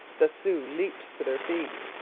the sioux leaped to their feet.